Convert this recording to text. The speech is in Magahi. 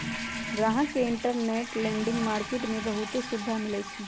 गाहक के इंटरबैंक लेडिंग मार्किट में बहुते सुविधा मिलई छई